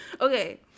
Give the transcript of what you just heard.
Okay